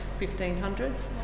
1500s